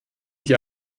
die